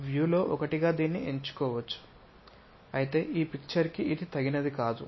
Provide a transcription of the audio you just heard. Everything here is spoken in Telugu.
వ్యూలో ఒకటిగా దీన్ని ఎంచుకోవచ్చు అయితే ఈ పిక్చర్ కి ఇది తగినది కాదు